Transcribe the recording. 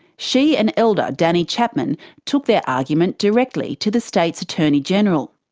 she and elder danny chapman took their argument directly to the state's attorney general.